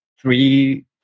three